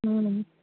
हूं